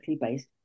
based